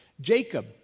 Jacob